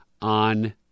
on